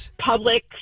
public